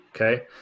okay